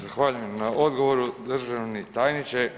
Zahvaljujem na odgovoru državni tajniče.